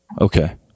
Okay